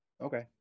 Okay